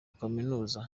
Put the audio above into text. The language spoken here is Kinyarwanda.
kaminuza